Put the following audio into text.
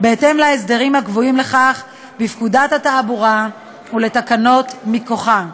בהתאם להסדרים הקבועים לכך בפקודת התעבורה ולתקנות מכוחה.